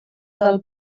del